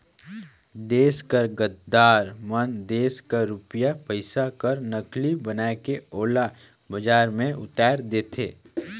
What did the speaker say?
देस कर गद्दार मन देस कर रूपिया पइसा कर नकली बनाए के ओला बजार में उताएर देथे